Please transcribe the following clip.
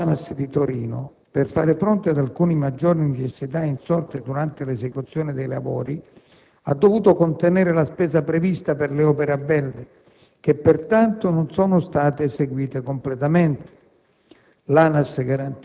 Il Compartimento ANAS di Torino, per far fronte ad alcune maggiori necessità insorte durante l'esecuzione dei lavori, ha dovuto contenere la spesa prevista per le opere a verde che, pertanto, non sono state eseguite completamente.